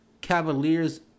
Cavaliers